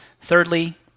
Thirdly